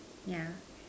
yeah